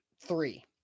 three